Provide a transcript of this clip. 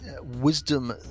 wisdom